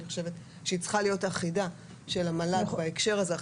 שצריכה להיות אחידה בהקשר הזה,